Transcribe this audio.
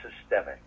systemic